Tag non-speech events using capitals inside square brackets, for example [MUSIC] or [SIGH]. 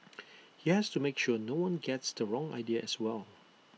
[NOISE] he has to make sure no one gets the wrong idea as well